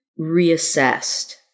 reassessed